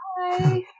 hi